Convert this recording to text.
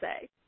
say